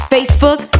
Facebook